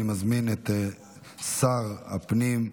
אני מזמין את שר הפנים,